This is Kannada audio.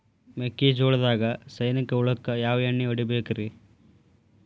ಮೆಕ್ಕಿಜೋಳದಾಗ ಸೈನಿಕ ಹುಳಕ್ಕ ಯಾವ ಎಣ್ಣಿ ಹೊಡಿಬೇಕ್ರೇ?